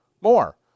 More